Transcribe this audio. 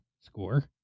score